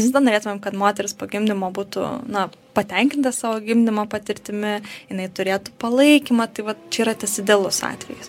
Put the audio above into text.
visada norėtumėm kad moteris po gimdymo būtų na patenkinta savo gimdymo patirtimi jinai turėtų palaikymą tai vat čia yra tas idealus atvejis